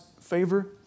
favor